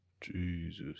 Jesus